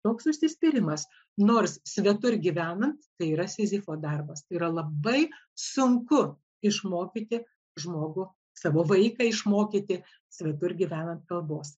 toks užsispyrimas nors svetur gyvenant tai yra sizifo darbas tai yra labai sunku išmokyti žmogų savo vaiką išmokyti svetur gyvenant kalbos